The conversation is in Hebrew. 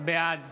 בעד